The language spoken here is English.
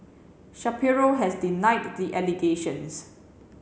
Shapiro has denied the allegations